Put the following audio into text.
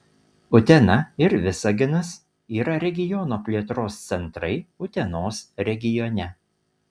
utena ir visaginas yra regiono plėtros centrai utenos regione